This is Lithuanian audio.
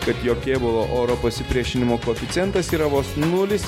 kad jo kėbulo oro pasipriešinimo koeficientas yra vos nulis